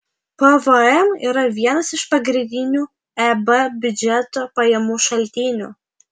pvm yra vienas iš pagrindinių eb biudžeto pajamų šaltinių